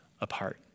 apart